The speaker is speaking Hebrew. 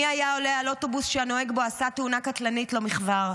מי היה עולה על אוטובוס שהנוהג בו עשה תאונה קטלנית לא מכבר?